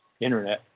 internet